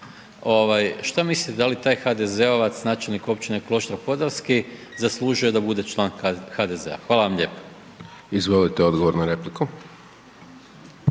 šta mislite da li taj HDZ-ovac načelnik općine Kloštar Podravski zaslužuje da bude član HDZ-a? Hvala vam lijepo. **Hajdaš Dončić,